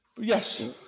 Yes